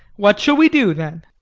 what shall we do then?